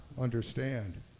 understand